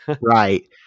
right